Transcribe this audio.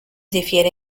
difiere